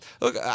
Look